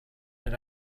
and